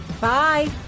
Bye